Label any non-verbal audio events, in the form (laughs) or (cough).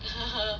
(laughs)